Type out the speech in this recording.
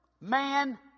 man